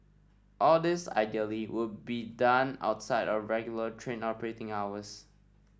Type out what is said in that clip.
all this ideally would be done outside of regular train operating hours